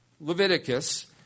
Leviticus